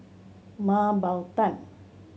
Mah Bow Tan